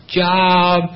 job